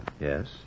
Yes